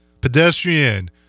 Pedestrian